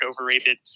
overrated